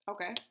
Okay